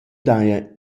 daja